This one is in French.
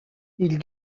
ils